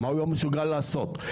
מה הוא מסוגל לעשות?